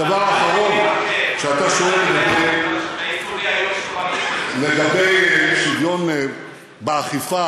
הדבר האחרון שאתה שואל הוא לגבי שוויון באכיפה.